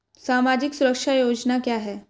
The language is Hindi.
सामाजिक सुरक्षा योजना क्या है?